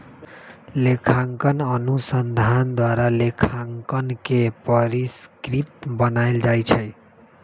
लेखांकन अनुसंधान द्वारा लेखांकन के परिष्कृत बनायल जाइ छइ